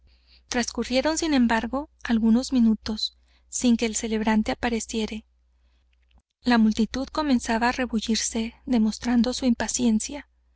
trascurrieron sin embargo algunos minutos sin que el celebrante apareciese la multitud comenzaba á rebullirse demostrando su impaciencia